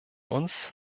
uns